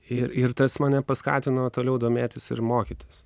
ir ir tas mane paskatino toliau domėtis ir mokytis